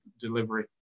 delivery